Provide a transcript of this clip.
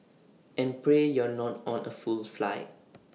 and pray you're not on A full flight